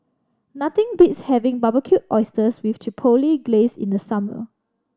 nothing beats having Barbecued Oysters with Chipotle Glaze in the summer